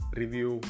review